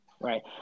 right